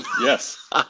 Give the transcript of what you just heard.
Yes